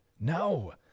no